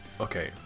Okay